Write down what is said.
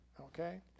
Okay